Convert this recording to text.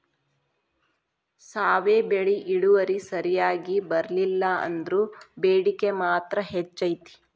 ಸಾವೆ ಬೆಳಿ ಇಳುವರಿ ಸರಿಯಾಗಿ ಬರ್ಲಿಲ್ಲಾ ಅಂದ್ರು ಬೇಡಿಕೆ ಮಾತ್ರ ಹೆಚೈತಿ